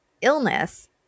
illness